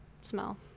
smell